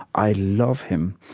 i love him.